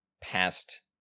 past